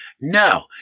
No